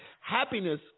Happiness